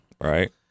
Right